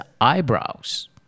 eyebrows